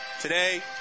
today